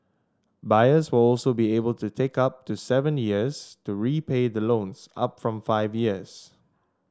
buyers will also be able to take up to seven years to repay the loans up from five years